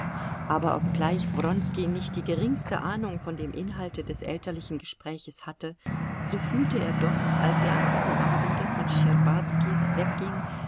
aber obgleich wronski nicht die geringste ahnung von dem inhalte des elterlichen gespräches hatte so fühlte er doch als er an diesem abende von schtscherbazkis wegging